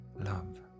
love